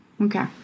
Okay